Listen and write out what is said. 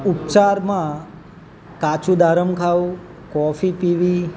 ઉપચારમાં કાચું દાડમ ખાવું કોફી પીવી